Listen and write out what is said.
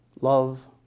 love